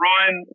Ryan